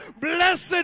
Blessed